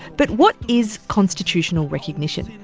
but what is constitutional recognition?